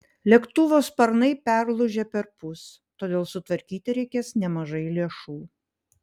lėktuvo sparnai perlūžę perpus todėl sutvarkyti reikės nemažai lėšų